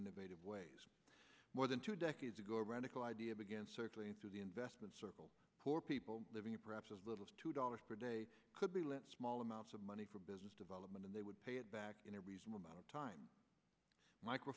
innovative ways more than two decades ago a radical idea began circulating through the investment circle poor people living perhaps as little as two dollars per day could be lent small amounts of money for business development and they would pay it back in a reasonable amount of time micro